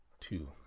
Two